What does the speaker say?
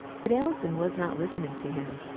but alison was not listening to him.